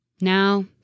Now